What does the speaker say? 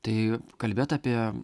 tai kalbėt apie